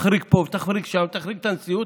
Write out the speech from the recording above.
תחריג פה ותחריג שם ותחריג את הנשיאות,